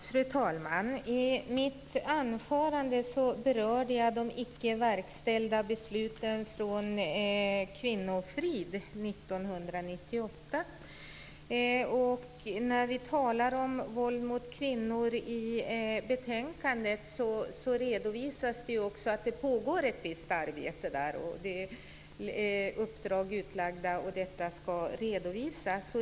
Fru talman! I mitt anförande berörde jag de icke verkställda besluten om kvinnofrid från 1998. När vi talar om våld mot kvinnor i betänkandet redovisas också att det pågår ett visst arbete. Uppdrag är utlagda, och det hela ska redovisas.